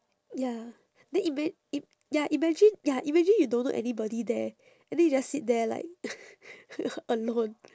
ya then ima~ i~ ya imagine ya imagine you don't know anybody there and then you just sit there like alone